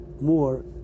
more